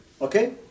Okay